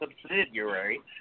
subsidiary